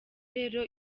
rero